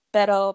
Pero